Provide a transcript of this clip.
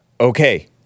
Okay